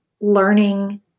learning